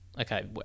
Okay